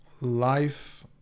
life